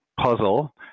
puzzle